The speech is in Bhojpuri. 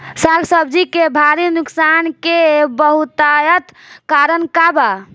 साग सब्जी के भारी नुकसान के बहुतायत कारण का बा?